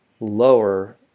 lower